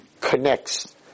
connects